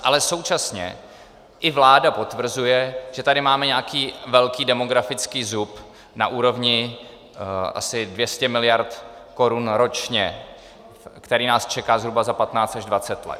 A současně i vláda potvrzuje, že tady máme nějaký velký demografický zub na úrovni asi 200 miliard korun ročně, který nás čeká zhruba za 1520 let.